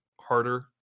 harder